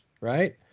right